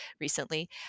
recently